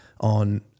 on